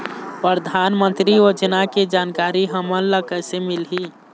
परधानमंतरी योजना के जानकारी हमन ल कइसे मिलही?